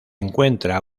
encuentra